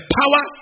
power